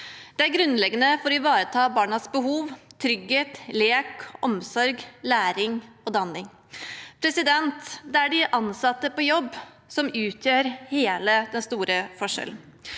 Det er grunnleggende for å ivareta barnas behov, trygghet, lek, omsorg, læring og danning. Det er de ansatte på jobb som utgjør hele den store forskjellen,